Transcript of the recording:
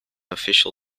official